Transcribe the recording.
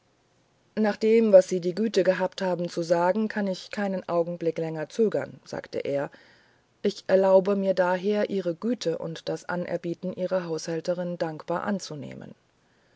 nach dem was sie die güte gehabt mir zu sagen kann ich keinen augenblick länger zögern sagte er ich erlaube mir daher ihre güte und das anerbieten ihrer haushälterindankbaranzunehmen